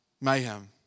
mayhem